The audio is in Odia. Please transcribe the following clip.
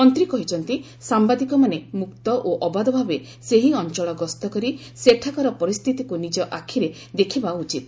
ମନ୍ତ୍ରୀ କହିଛନ୍ତି ସାମ୍ଭାଦିକମାନେ ମୁକ୍ତ ଓ ଅବାଧ ଭାବେ ସେହି ଅଞ୍ଚଳ ଗସ୍ତ କରି ସେଠାକାର ପରିସ୍ଥିତିକୁ ନିଜ ଆଖିରେ ଦେଖିବା ଉଚିତ